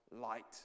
light